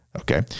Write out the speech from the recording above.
Okay